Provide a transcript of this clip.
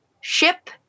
ship